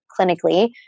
clinically